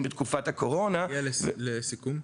בתקופת הקורונה --- תגיע בבקשה לסיכום.